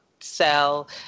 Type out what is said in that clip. sell